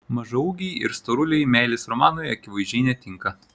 mažaūgiai ir storuliai meilės romanui akivaizdžiai netinka